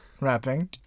rapping